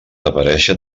aparèixer